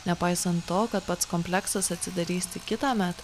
nepaisant to kad pats kompleksas atsidarys tik kitąmet